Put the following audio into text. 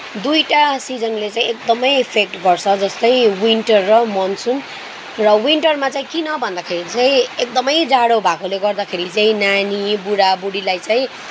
दुईवटा सिजनले चाहिँ एकदमै इफेक्ट गर्छ जस्तै विन्टर र मनसुन र विन्टरमा चाहिँ किन भन्दाखेरि चाहिँ एकदमै जाडो भएकोले गर्दाखेरि चाहिँ नानी बुढाबुढीलाई चाहिँ